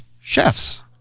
chefs